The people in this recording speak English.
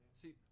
see